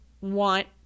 want